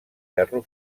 ferro